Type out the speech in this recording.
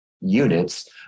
units